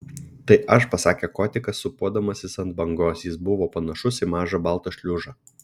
tai aš pasakė kotikas sūpuodamasis ant bangos jis buvo panašus į mažą baltą šliužą